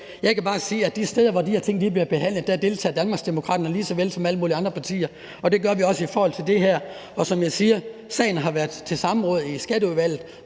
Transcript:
Jeg kan bare sige, at de steder, hvor de her ting bliver behandlet, deltager Danmarksdemokraterne lige såvel som alle mulige andre partier, og det gør vi også i forhold til det her. Som jeg siger: Sagen har været i samråd i Skatteudvalget,